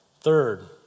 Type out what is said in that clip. Third